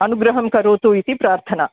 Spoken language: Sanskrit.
अनुग्रहं करोतु इति प्रार्थना